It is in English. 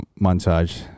Montage